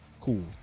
cool